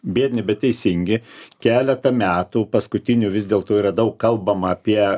biedni bet teisingi keletą metų paskutinių vis dėl to yra daug kalbama apie